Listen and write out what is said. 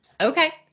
Okay